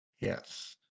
Yes